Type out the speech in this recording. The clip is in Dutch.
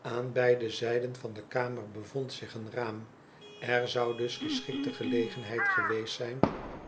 aan beide zijden van de kamer bevond zich een raam er zou dus geschikte gelegenheid geweest zijn